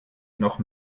noch